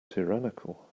tyrannical